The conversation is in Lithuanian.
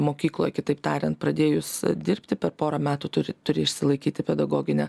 mokykloje kitaip tariant pradėjus dirbti per porą metų turi turi išsilaikyti pedagoginę